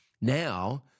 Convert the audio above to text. Now